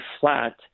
flat